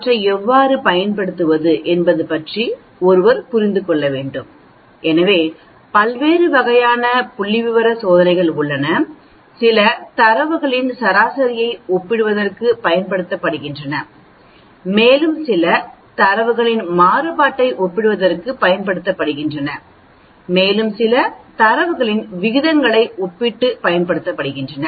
அவற்றை எவ்வாறு பயன்படுத்துவது என்பது பற்றி ஒருவர் புரிந்து கொள்ள வேண்டும் எனவே பல்வேறு வகையான புள்ளிவிவர சோதனைகள் உள்ளன சில தரவுகளின் சராசரியை ஒப்பிடுவதற்குப் பயன்படுத்தப்படுகின்றன மேலும் சில தரவுகளின் மாறுபாட்டை ஒப்பிடுவதற்குப் பயன்படுத்தப்படுகின்றன மேலும் சில தரவுகளின் விகிதங்களை ஒப்பிட்டுப் பயன்படுத்தப்படுகின்றன